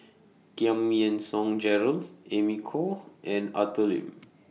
Giam Yean Song Gerald Amy Khor and Arthur Lim